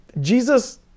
Jesus